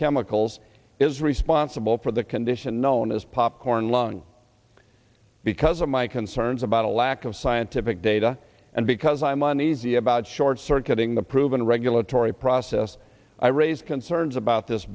chemicals is responsible for the condition known as popcorn lung because of my concerns about a lack of scientific data and because i'm uneasy about short circuiting the proven regulatory process i raised concerns about this